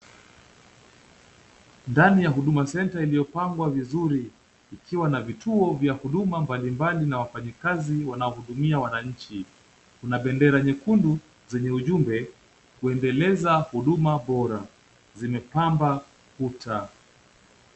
Ndani ya huduma center iliyopangwa vizuri, tukiwa na vituo vya huduma mbalimbali na wafanyakazi wanao udumia wananchi, kuna bendera nyekundu zenye ujumbe," Kuendeleza huduma" bora, zimepamba kuta.